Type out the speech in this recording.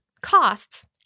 costs